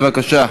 בבקשה.